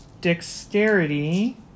Dexterity